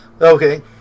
Okay